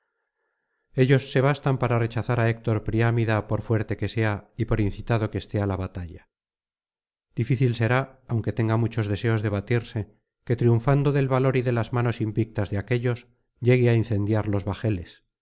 ellos se bastan para rechazar á héctor priámida por fuerte que sea y por incitado que esté á la batalla difícil será aunque tenga muchos deseos de batirse que triunfando del valor y de las manos invictas de aquéllos llegue á incendiar los bajeles